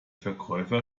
verkäufer